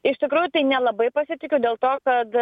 iš tikrųjų tai nelabai pasitikiu dėl to kad